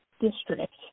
district